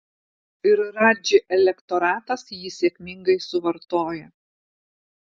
ir radži elektoratas jį sėkmingai suvartoja